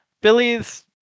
Billy's